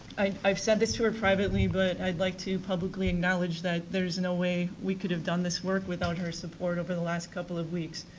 i said this to her privately, but i would like to publicly acknowledge that there's no way we could of done this work without her support over the last couple of weeks.